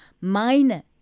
minor